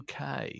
UK